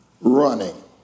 running